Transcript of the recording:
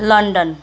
London